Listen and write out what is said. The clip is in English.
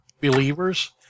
believers